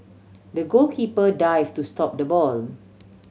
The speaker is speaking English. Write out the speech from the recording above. the goalkeeper dive to stop the ball